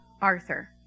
Arthur